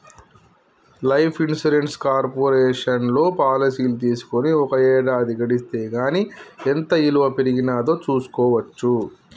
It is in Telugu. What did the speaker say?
లైఫ్ ఇన్సూరెన్స్ కార్పొరేషన్లో పాలసీలు తీసుకొని ఒక ఏడాది గడిస్తే గానీ ఎంత ఇలువ పెరిగినాదో చూస్కోవచ్చు